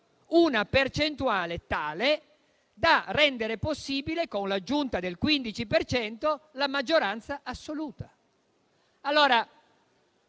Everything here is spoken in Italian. una percentuale tale da rendere possibile, con l'aggiunta del 15 per cento, la maggioranza assoluta.